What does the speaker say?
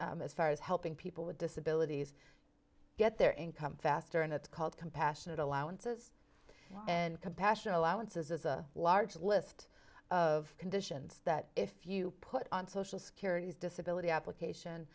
e as far as helping people with disabilities get their income faster and it's called compassionate allowances and compassionate allowances there's a large list of conditions that if you put on social security's disability application